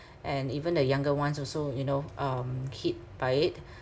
and even the younger ones also you know um hit by it